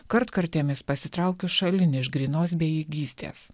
kartkartėmis pasitraukiu šalin iš grynos bejėgystės